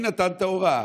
מי נתן את ההוראה